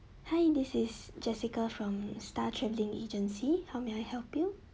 hi this is jessica from star travelling agency how may I help you